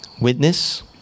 witness